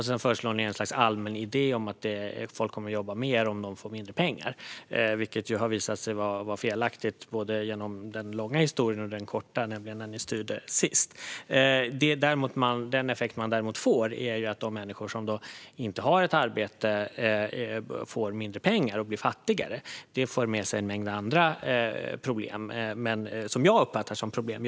Sedan föreslår ni ett slags allmän idé om att folk kommer att jobba mer om de får mindre pengar, vilket har visat sig vara felaktigt genom både den långa historien och den korta, nämligen när ni styrde sist. Den effekt man däremot får är att de människor som inte har ett arbete får mindre pengar och blir fattigare. Det för med sig en mängd andra problem. Jag uppfattar det som problem.